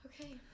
Okay